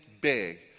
big